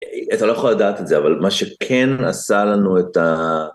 אתה לא יכול לדעת את זה, אבל מה שכן עשה לנו את ה...